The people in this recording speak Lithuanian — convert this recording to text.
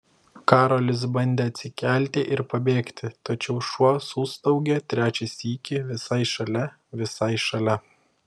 karolis bandė atsikelti ir pabėgti tačiau šuo sustaugė trečią sykį visai šalia visai šalia